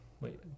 Wait